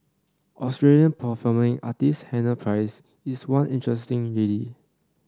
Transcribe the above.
Australian performing artist Hannah Price is one interesting lady